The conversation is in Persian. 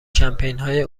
کمپینهای